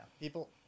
people